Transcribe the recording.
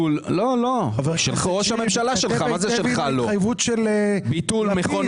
המע"מ, ביטול מכון